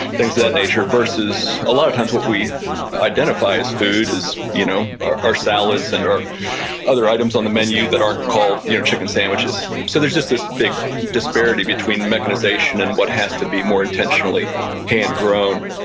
things that nature versus a lot of times what we identify as food, as you know our our salads and our other items on the menu that aren't called you know chicken sandwiches so there's just this big disparity between mechanization and what has to be more intentionally hand grown.